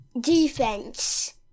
defense